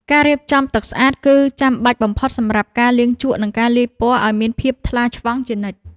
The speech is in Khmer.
ការរៀបចំទឹកស្អាតគឺចាំបាច់បំផុតសម្រាប់ការលាងជក់ និង ការលាយពណ៌ឱ្យមានភាពថ្លាឆ្វង់ជានិច្ច។